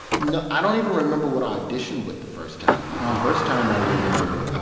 no i don't even remember what i auditioned with the first time. like, the first time i remember